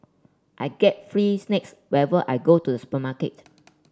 I get free snacks whenever I go to the supermarket